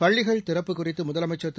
பள்ளிகள் திறப்பு குறித்து முதலமைச்ச் திரு